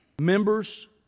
members